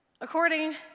According